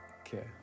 Okay